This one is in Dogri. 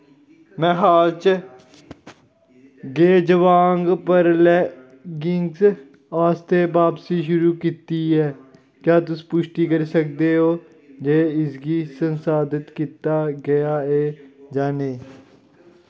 मैं हाल च गै जबोंग पर लैगिंग्स आस्तै बापसी शुरू कीती ऐ क्या तुस पुश्टी करी सकदे ओ जे इसगी संसाधत कीता गेआ ऐ जां नेईं